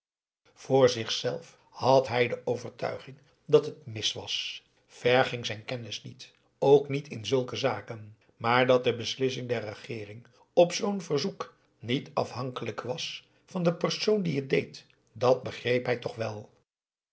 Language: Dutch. voor zichzelf had hij de overtuiging dat het mis was ver ging zijn kennis niet ook niet in zulke zaken maar dat de beslissing der regeering op zoo'n verzoek niet afhankelijk was van den persoon die het deed dàt begreep hij toch wel